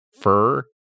fur